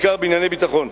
בעיקר בענייני ביטחון,